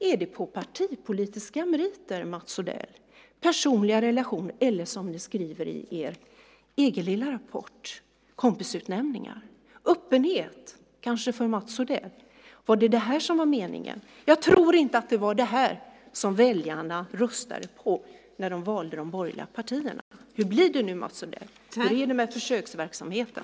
Är det fråga om partipolitiska meriter, Mats Odell, personliga relationer eller, som ni skriver i er egen lilla rapport, kompisutnämningar? Det är kanske öppenhet för Mats Odell. Var det detta som var meningen? Jag tror inte att det var detta som väljarna röstade på när de valde de borgerliga partierna. Hur blir det nu, Mats Odell? Hur är det med försöksverksamheten?